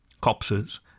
Copses